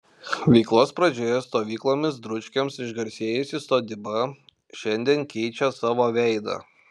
veiklos pradžioje stovyklomis dručkiams išgarsėjusi sodyba šiandien keičia savo veidą